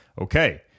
Okay